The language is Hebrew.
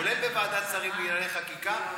כולל בוועדת שרים לענייני חקיקה,